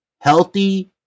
healthy